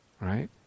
right